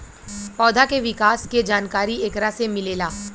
पौधा के विकास के जानकारी एकरा से मिलेला